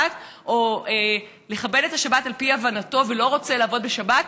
או לכבד את השבת על פי הבנתו ולא רוצה לעבוד בשבת,